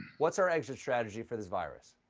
what's our exit strategy for this virus?